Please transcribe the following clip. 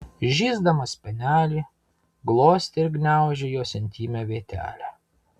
žįsdamas spenelį glostė ir gniaužė jos intymią vietelę